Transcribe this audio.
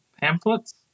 pamphlets